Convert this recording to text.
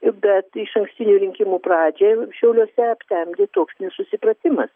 bet išankstinių rinkimų pradžioje šiauliuose aptemdė toks nesusipratimas